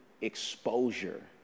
exposure